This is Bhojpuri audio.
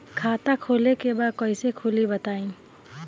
खाता खोले के बा कईसे खुली बताई?